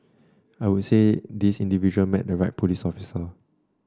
I would say this individual met the right police officer